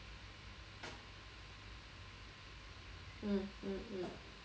mm mm mm